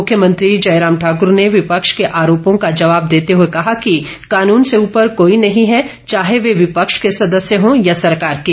मुख्यमंत्री जयराम ठाकर ने विपक्ष के आरोपों का जवाब देते हुए कहा कि कानून से ऊपर कोई नहीं है चाहे ैवह विपक्ष के सदस्य हो या सरकार के